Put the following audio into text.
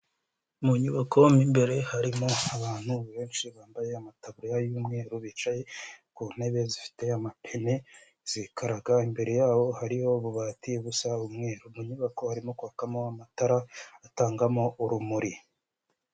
Mu nyubako mo imbere harimo abantu benshi, bambaye amataburiya y'umweru, bicaye ku ntebe zifite amapine, zikaraga, imbere y'aho hariho ububati busa umweru, mu nyubako harimo kwakamo amatara atangamo urumuri.